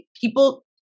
People